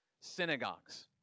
synagogues